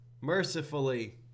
mercifully